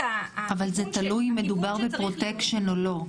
אבל זה תלוי אם מדובר בפרוטקשן או לא.